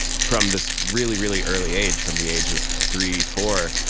from this really, really early age, from the age of three, four,